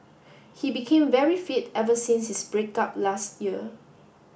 he became very fit ever since his break up last year